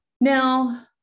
Now